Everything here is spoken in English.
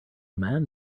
man